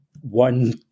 one